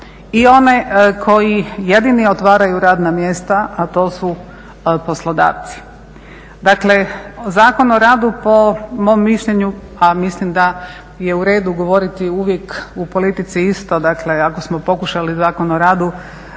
i one koji jedini otvaraju radna mjesta, a to su poslodavci. Dakle Zakon o radu po mom mišljenju, a mislim da je uredu govoriti uvijek u politici isto dakle ako smo pokušali Zakon o radu